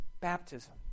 baptism